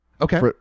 okay